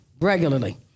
regularly